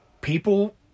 People